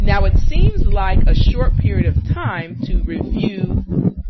now it seems like a short period of time to review